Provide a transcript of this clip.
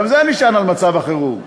גם זה נשען על מצב החירום.